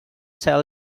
tell